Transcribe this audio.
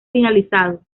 finalizado